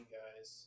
guys